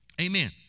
Amen